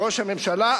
ראש הממשלה,